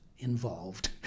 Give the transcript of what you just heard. involved